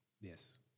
Yes